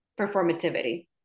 performativity